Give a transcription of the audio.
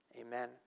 Amen